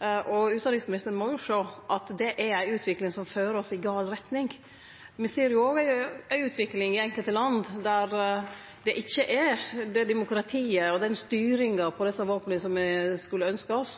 Utanriksministeren må jo sjå at det er ei utvikling som fører oss i gal retning. Me ser òg ei utvikling i enkelte land der det ikkje er det demokratiet og den styringa over desse våpena som me skulle ynskje oss.